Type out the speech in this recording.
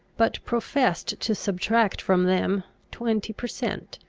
but professed to subtract from them twenty per cent,